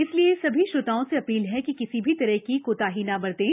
इसलिए सभी श्रोताओं से अपील है कि किसी भी तरह की कोताही न बरतें